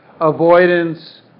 avoidance